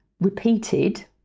repeated